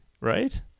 right